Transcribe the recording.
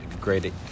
great